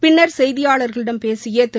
பின்னா் செய்தியாளா்களிடம் பேசிய திரு